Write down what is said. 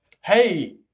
hey